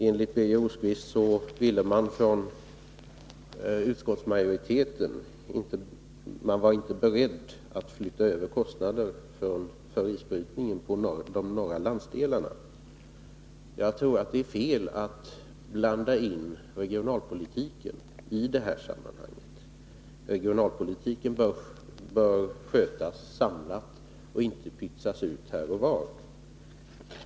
Enligt Birger Rosqvist var utskottets majoritet inte beredd att flytta över kostnader för isbrytning på de norra landsdelarna. Jag tror det är fel att blanda in regionalpolitiken i detta sammanhang. Regionalpolitiken bör skötas samlat och inte pytsas ut här och var.